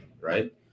right